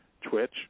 Twitch